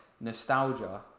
nostalgia